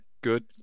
good